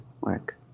work